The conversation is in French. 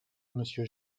monsieur